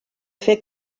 fer